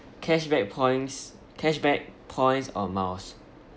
cashback points cashback points or miles